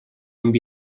amb